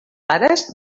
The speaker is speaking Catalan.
pares